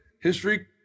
History